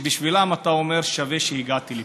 שבשבילם אתה אומר: שווה שהגעתי לפה.